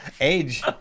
Age